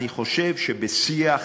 אני חושב שבשיח,